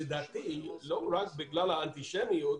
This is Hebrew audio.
לדעתי לא רק בגלל האנטישמיות,